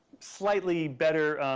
slightly better